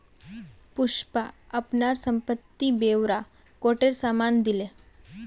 पुष्पा अपनार संपत्ति ब्योरा कोटेर साम न दिले